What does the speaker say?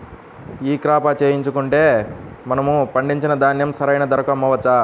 ఈ క్రాప చేయించుకుంటే మనము పండించిన ధాన్యం సరైన ధరకు అమ్మవచ్చా?